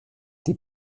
die